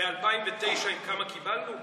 בדקת כמה קיבלנו ב-2009?